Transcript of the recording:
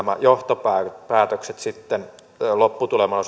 johtopäätökset sitten lopputuleman